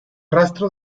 rastro